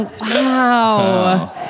Wow